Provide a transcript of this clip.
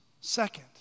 second